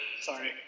Sorry